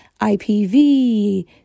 IPV